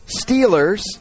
Steelers